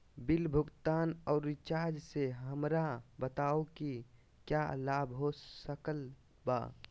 Bill भुगतान और recharge से हमरा बताओ कि क्या लाभ हो सकल बा?